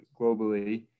globally